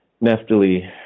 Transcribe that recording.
Nestle